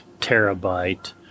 terabyte